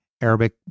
Arabic